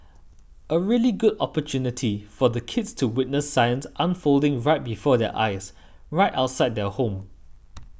a really good opportunity for the kids to witness science unfolding right before their eyes right outside their home